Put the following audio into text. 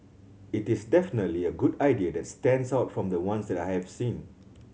it is definitely a good idea and stands out from the ones that I have seen